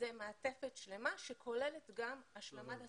זו מעטפת שלמה שכוללת גם השלמת השכלה.